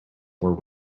were